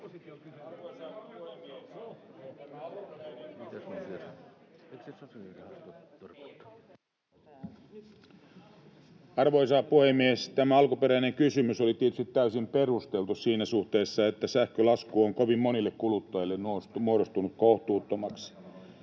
Arvoisa puhemies! Tämä alkuperäinen kysymys oli tietysti täysin perusteltu siinä suhteessa, että sähkölasku on kovin monille kuluttajille muodostunut kohtuuttomaksi.